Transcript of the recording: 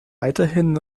weiterhin